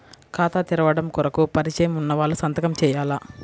ఖాతా తెరవడం కొరకు పరిచయము వున్నవాళ్లు సంతకము చేయాలా?